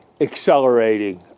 accelerating